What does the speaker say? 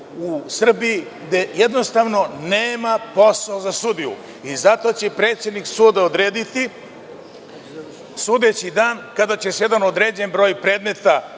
u Srbiji gde jednostavno nema posla za sudiju i zato će predsednik suda odrediti sudeći dan, kada će se jedan određen broj predmeta